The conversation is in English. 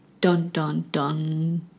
Dun-dun-dun